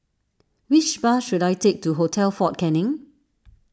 which bus should I take to Hotel fort Canning